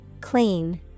Clean